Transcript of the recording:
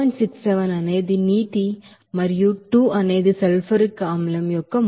67 mole అనేది నీటి మరియు 2 అనేది సల్ఫ్యూరిక్ ಆಸಿಡ್ యొక్క మోల్